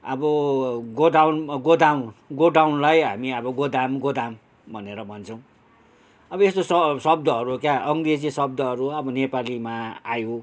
अब godown godown गोडाउनलाई हामी अब गोदाम गोदाम भनेर भन्छौँ अब यस्तो श शब्दहरू क्या अङ्ग्रेजी शब्दहरू अब नेपालीमा आयो